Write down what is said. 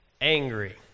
angry